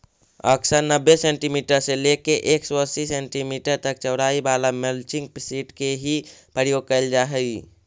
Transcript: अक्सर नब्बे सेंटीमीटर से लेके एक सौ अस्सी सेंटीमीटर तक चौड़ाई वाला मल्चिंग सीट के ही प्रयोग कैल जा हई